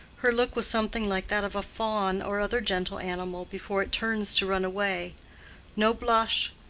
her look was something like that of a fawn or other gentle animal before it turns to run away no blush,